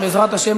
בעזרת השם,